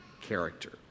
character